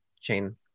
chain